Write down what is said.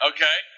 Okay